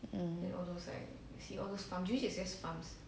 mm